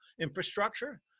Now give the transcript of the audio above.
infrastructure